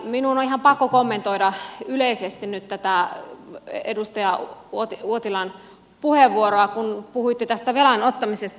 minun on ihan pakko kommentoida yleisesti nyt tätä edustaja uotilan puheenvuoroa kun puhuitte tästä velan ottamisesta